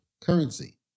currency